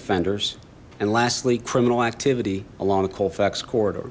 offenders and lastly criminal activity along a colfax corridor